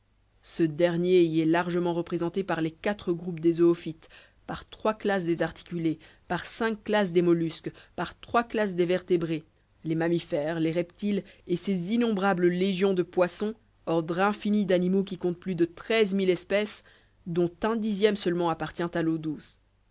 ce dernier y est largement représenté par les quatre groupes des zoophytes par trois classes des articulés par cinq classes des mollusques par trois classes des vertébrés les mammifères les reptiles et ces innombrables légions de poissons ordre infini d'animaux qui compte plus de treize mille espèces dont un dixième seulement appartient à l'eau douce